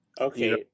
Okay